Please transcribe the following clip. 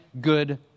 good